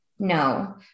No